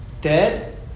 dead